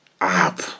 up